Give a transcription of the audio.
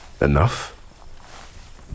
enough